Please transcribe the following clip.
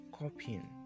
copying